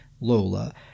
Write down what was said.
Lola